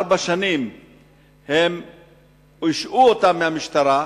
ארבע שנים השעו אותם מהמשטרה.